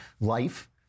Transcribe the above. life